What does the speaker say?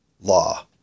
law